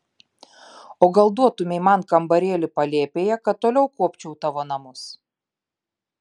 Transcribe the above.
o gal duotumei man kambarėlį palėpėje kad toliau kuopčiau tavo namus